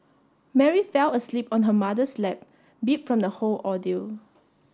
Mary fell asleep on her mother's lap beat from the whole ordeal